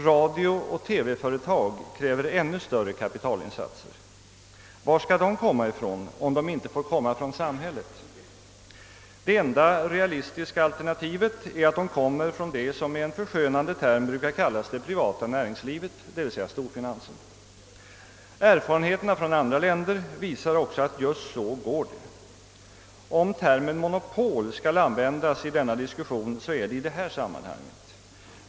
Radiooch TV-företag kräver ännu större kapitalinsatser. Var skall de komma ifrån, om de inte får komma från samhället? Det enda realistiska alternativet är att de kommer från det som med en förskönande term brukar kallas det privata näringslivet, d. v. s. storfinansen. Erfarenheterna från andra länder visar också att just så går det. Om termen monopol skall användas i denna diskussion, så är det i det här sammanhanget.